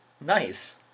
Nice